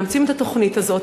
מאמצים את התוכנית הזאת,